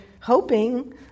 hoping